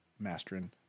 Mastering